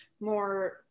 more